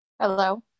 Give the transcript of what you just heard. Hello